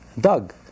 Doug